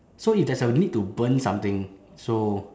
so if there's a need to burn something so